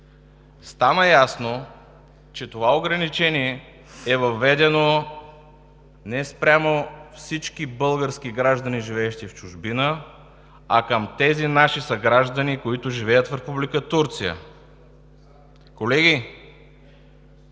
Стана ясно, че това ограничение е въведено не спрямо всички български граждани, живеещи в чужбина, а към тези наши съграждани, които живеят в Република Турция. Колеги,